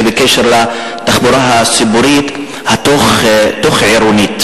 היא בקשר לתחבורה הציבורית התוך-עירונית.